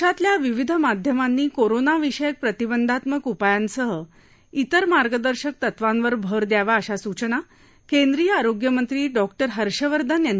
देशातल्या विविध माध्यमांनी कोरोना विषयक प्रतिबंधात्मक उपायांसह तिर मार्गदर्शक तत्वावर भर द्यावा अशी सूचना केंद्रीय आरोग्य मंत्री डॉक्टर हर्षवर्धन यांनी केली